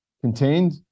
contained